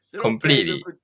completely